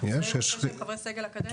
יש שהם חברי סגל אקדמי?